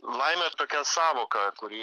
laimė yra tokia sąvoka kuri